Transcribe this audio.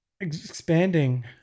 expanding